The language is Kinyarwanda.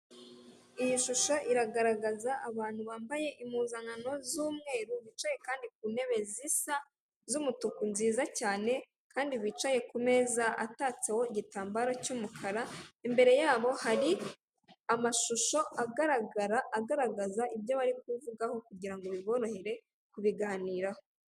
Iyi shusho iragaragaza abantu bambaye impuzankano z'umweru bicaye kandi ku ntebe zisa z'umutuku nziza cyane kandi bicaye kumeza atatseho igitambaro cy'umukara, imbere yabo hari amashusho agaragara agaragaza ibyo bari kuvugaho kugirango biborohere kubiganiraho.